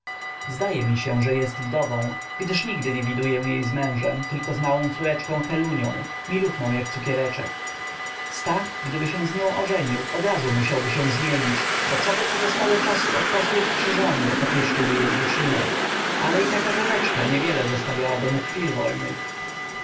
zdaje mi się że jest wdową gdyż nigdy nie widuję jej z mężem tylko z małą córeczką helunią miluchną jak cukiereczek stach gdyby się z nią ożenił odrazu musiałby się zmienić bo coby mu zostało czasu od posług przy żonie to pieściłby jej dziecinę ale i taka żoneczka niewiele zostawiłaby mu chwil wolnych